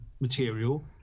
material